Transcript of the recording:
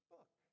book